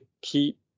keep